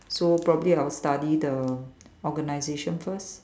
so probably I'll study the organisation first